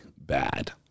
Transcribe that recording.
bad